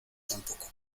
tampoco